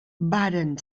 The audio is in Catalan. varen